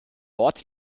ort